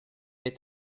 est